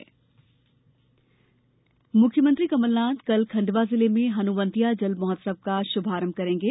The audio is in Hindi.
हनुमंतिया महोत्सव मुख्यमंत्री कमलनाथ कल खंडवा जिले में हनुवंतिया जल महोत्सव का शुभारंभ करेंगे